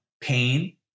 pain